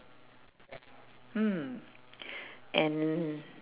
mm and